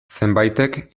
zenbaitek